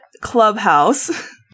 Clubhouse